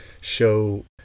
show